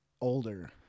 older